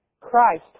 Christ